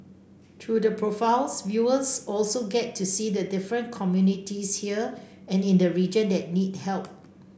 through the profiles viewers also get to see the different communities here and in the region that need help